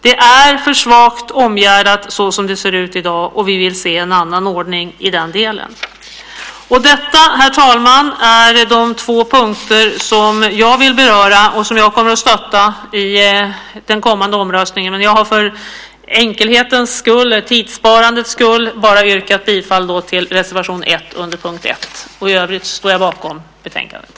Den är för svagt omgärdad så som det ser ut i dag, och vi vill se en annan ordning i den delen. Detta, herr talman, är de två punkter som jag ville beröra och som jag kommer att stötta i den kommande omröstningen. Jag vill för enkelhetens och tidssparandets skull yrka bifall till bara reservation 1 under punkt 1. I övrigt står jag bakom betänkandet.